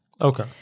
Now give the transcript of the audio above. Okay